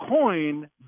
coin